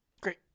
great